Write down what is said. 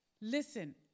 Listen